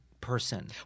person